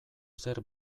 zer